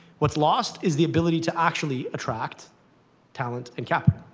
what's lost is the ability to actually attract talent and capital.